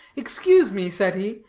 excuse me, said he,